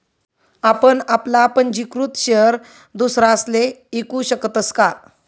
आपण आपला पंजीकृत शेयर दुसरासले ईकू शकतस का?